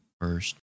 first